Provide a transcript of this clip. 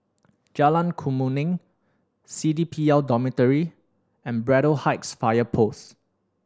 Jalan Kemuning C D P L Dormitory and Braddell Heights Fire Post